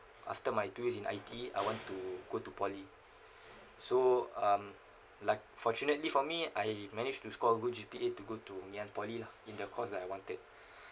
after my two years in I_T_E I want to go to poly so um luck~ fortunately for me I managed to score good G_P_A to go to Ngee Ann poly lah in the course that I wanted